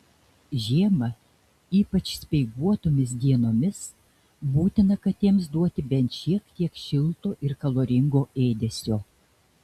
žiemą ypač speiguotomis dienomis būtina katėms duoti bent šiek tiek šilto ir kaloringo ėdesio